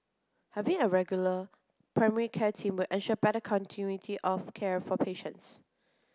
having a regular primary care team will ensure better continuity of care for patients